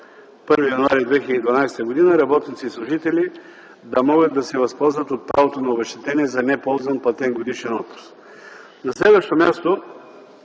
1 януари 2012 г., работници и служители да могат да се възползват от правото на обезщетение за неползван платен годишен отпуск. На следващо място,